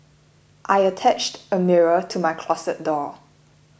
I attached a mirror to my closet door